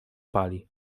pali